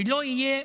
שלא יהיה